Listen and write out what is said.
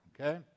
Okay